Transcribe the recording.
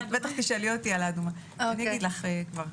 אני כבר אגיד.